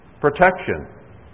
protection